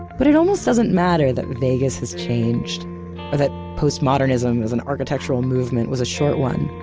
but it almost doesn't matter that vegas has changed. or that postmodernism as an architectural movement was a short one.